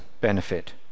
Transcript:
benefit